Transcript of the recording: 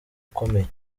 ukomeye